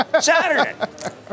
Saturday